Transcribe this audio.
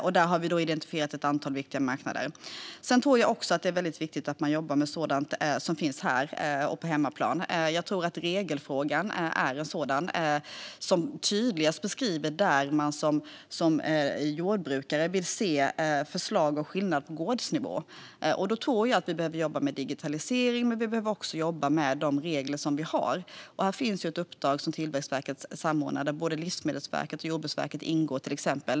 Vi har identifierat ett antal viktiga marknader. Jag tror också att det är viktigt att jobba med sådant som finns på hemmaplan. Regelfrågan är en sak som tydligt beskriver ett område där jordbrukare vill se förslag och skillnad på gårdsnivå. Jag tror att vi behöver jobba med digitalisering. Men vi behöver också jobba med de regler vi har. Här finns ett uppdrag som Tillväxtverket samordnar och där till exempel både Livsmedelsverket och Jordbruksverket ingår.